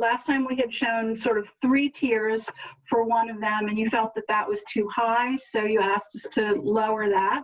last time we have shown sort of three tiers for one of them and you felt that that was too high. so you asked us to lower that